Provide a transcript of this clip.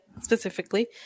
specifically